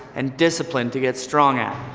and discipline to get strong at.